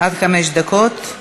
עד חמש דקות.